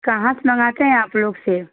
कहाँ से मंगाते हैं आप लोग सेब